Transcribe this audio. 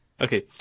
Okay